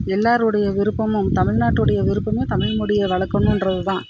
எல்லோருடைய விருப்பமும் தமிழ்நாட்டுடைய விருப்பமே தமிழ் மொழியை வளர்க்கணுன்றது தான்